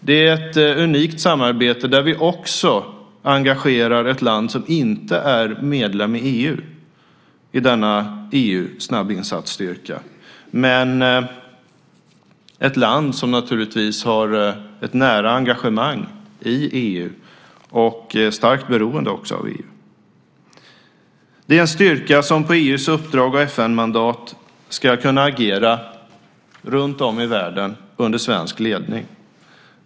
Det är ett unikt samarbete där vi också engagerar ett land som inte är medlem i EU i denna EU-snabbinsatsstyrka men ett land som naturligtvis har ett nära engagemang i EU och som också är starkt beroende av EU. Det är en styrka som på EU:s uppdrag och på FN-mandat ska kunna agera runtom i världen under svensk ledning.